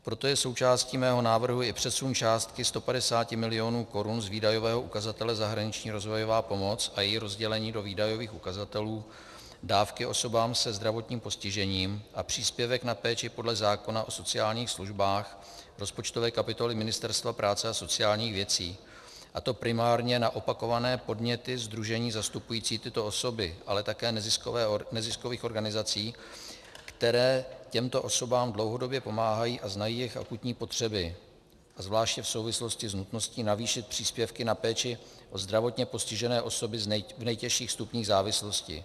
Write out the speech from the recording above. Proto je součástí mého návrhu i přesun částky 150 mil. korun z výdajového ukazatele zahraniční rozvojová pomoc a její rozdělení do výdajových ukazatelů dávky osobám se zdravotním postižením a příspěvek na péči podle zákona o sociálních službách rozpočtové kapitoly Ministerstva práce a sociálních věcí, a to primárně na opakované podněty sdružení zastupujících tyto osoby, ale také neziskových organizací, které těmto osobám dlouhodobě pomáhají a znají jejich akutní potřeby, zvláště v souvislosti s nutností navýšit příspěvky na péči o zdravotně postižené osoby v nejtěžším stupni závislosti.